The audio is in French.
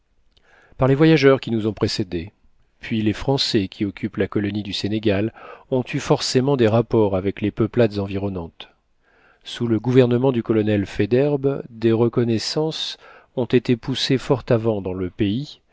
par les voyageurs qui nous ont précédés puis les français qui occupent la colonie du sénégal ont eu forcément des rapports avec les peuplades environnantes sous le gouvernement du colonel faidherbe des reconnaissances ont été poussées fort avant dans le pays